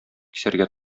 кисәргә